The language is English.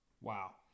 Wow